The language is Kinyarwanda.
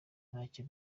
ntacyo